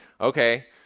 Okay